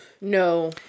No